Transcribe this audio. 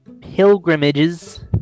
Pilgrimages